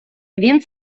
він